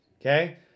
Okay